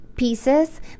pieces